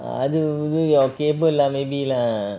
அது:adhu your cable lah maybe lah